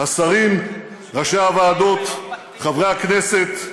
השרים, ראשי הוועדות, חברי הכנסת,